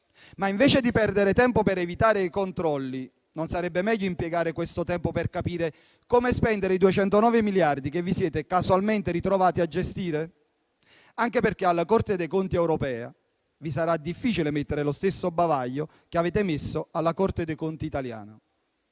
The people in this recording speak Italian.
invece di perdere tempo per evitare i controlli, non sarebbe meglio impiegare questo tempo per capire come spendere i 209 miliardi che vi siete casualmente ritrovati a gestire? Del resto, vi sarà difficile mettere alla Corte dei conti europea lo stesso bagaglio che avete messo alla Corte dei conti italiana.